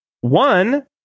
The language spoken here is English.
One